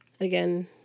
again